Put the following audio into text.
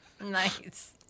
Nice